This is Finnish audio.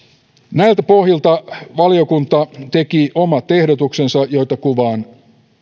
näiltä pohjilta valiokunta teki omat ehdotuksensa joita kuvaan